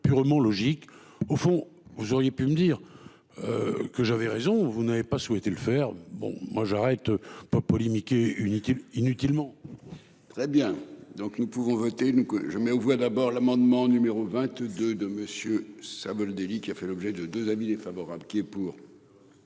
purement logique au fond, vous auriez pu me dire. Que j'avais raison vous n'avez pas souhaité le faire bon moi j'arrête pas polémiquer. Une étude inutilement. Très bien. Donc, nous pouvons voter une que je mets aux voix d'abord l'amendement numéro 22 de monsieur Savoldelli qui a fait l'objet de 2 avis défavorable qui est pour.